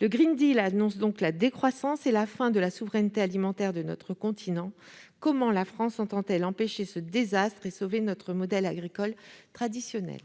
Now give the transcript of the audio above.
Le annonce donc la décroissance et la fin de la souveraineté alimentaire de notre continent. Comment la France entend-elle empêcher un tel désastre et sauver notre modèle agricole traditionnel ?